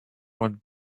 one